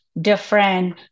different